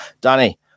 Danny